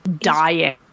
dying